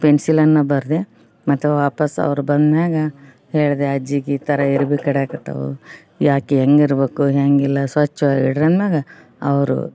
ಪೆನ್ಸಿಲನ್ನು ಬರೆದೆ ಮತ್ತೆ ವಾಪಸ್ಸು ಅವ್ರು ಬಂದ್ಮ್ಯಾಗ ಹೇಳಿದೆ ಅಜ್ಜಿಗೆ ಈ ಥರ ಇರ್ವೆ ಕಡ್ಯಾಕತ್ತವು ಯಾಕೆ ಹೇಗಿರ್ಬೇಕು ಹೆಂಗಿಲ್ಲ ಸ್ವಚ್ಛವಾಗಿ ಇಡಿರಿ ಅಂದ್ಮ್ಯಾಗ ಅವರು